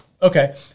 Okay